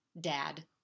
dad